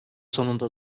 sonunda